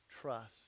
trust